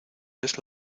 ves